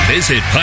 Visit